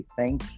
thank